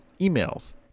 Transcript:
emails